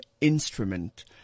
instrument